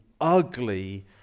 ugly